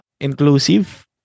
inclusive